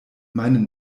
meinen